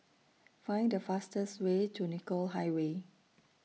Find The fastest Way to Nicoll Highway